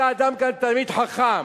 אתה גם כן תלמיד חכם,